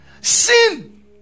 sin